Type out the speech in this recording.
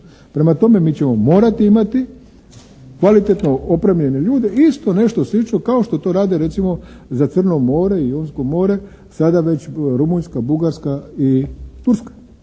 Prema tome, mi ćemo morati imati kvalitetno opremljene ljude. Isto nešto slično kao što to rade recimo za Crno more i Jonsko more sada već Rumunjska, Bugarska i Turska.